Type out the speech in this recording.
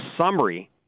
summary